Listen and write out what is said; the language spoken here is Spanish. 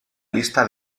lista